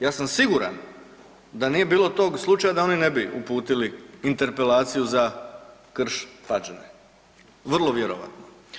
Ja sam siguran da nije bilo tog slučaja da oni ne bi uputili interpelaciju za Krš-Pađene, vrlo vjerojatno.